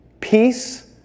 peace